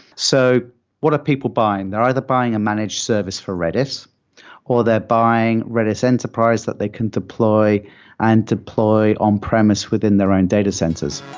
so what are people buying? they're either buying a managed service for redis or they're buying redis enterprise that they can deploy and deploy on-premise within their own data centers.